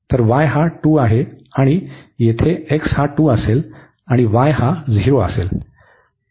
तर y हा 2 आहे आणि येथे x हा 2 असेल आणि y हा 0 असेल